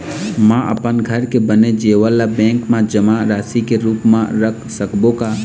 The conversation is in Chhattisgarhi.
म अपन घर के बने जेवर ला बैंक म जमा राशि के रूप म रख सकबो का?